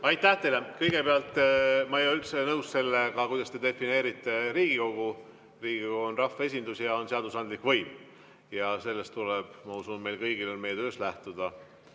Aitäh teile! Kõigepealt ma ei ole üldse nõus sellega, kuidas te defineerite Riigikogu. Riigikogu on rahvaesindus ja seadusandlik võim. Sellest tuleb, ma usun, meil kõigil meie töös lähtuda.